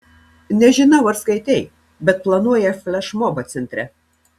nežinau ar skaitei bet planuoja flešmobą centre